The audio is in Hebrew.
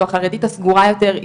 או החרדית הסגורה יותר,